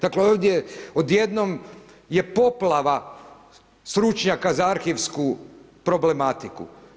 Dakle, ovdje odjednom je poplava stručnjaka za arhivsku problematiku.